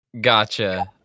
Gotcha